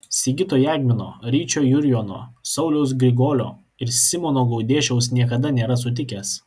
sigito jagmino ryčio jurjono sauliaus grigolio ir simono gaudėšiaus niekada nėra sutikęs